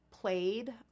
played